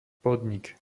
podnik